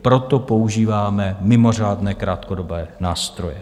Proto používáme mimořádné krátkodobé nástroje.